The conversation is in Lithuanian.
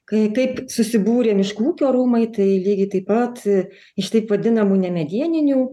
kai kaip susibūrė miškų ūkio rūmai tai lygiai taip pat iš taip vadinamų nemedieninių